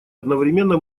одновременно